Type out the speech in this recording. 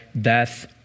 death